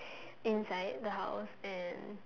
inside the house and